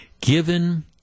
given